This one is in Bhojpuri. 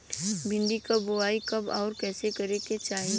भिंडी क बुआई कब अउर कइसे करे के चाही?